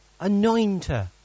Anointer